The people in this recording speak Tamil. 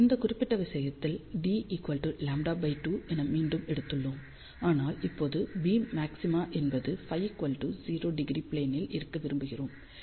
இந்த குறிப்பிட்ட விஷயத்தில் d λ 2 என மீண்டும் எடுத்துள்ளோம் ஆனால் இப்போது பீம் மாக்ஸிமா என்பது Φ 0° ப்ளேனில் இருக்க விரும்புகிறோம்